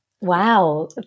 Wow